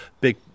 big